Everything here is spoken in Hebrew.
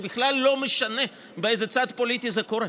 זה בכלל לא משנה באיזה צד פוליטי זה קורה,